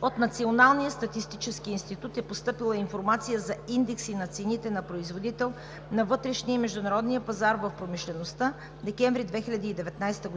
От Националния статистически институт е постъпила информация за „Индекси на цените на производител на вътрешния и международния пазар в промишлеността, декември 2019 г.“